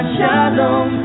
Shalom